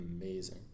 amazing